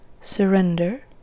Surrender